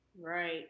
right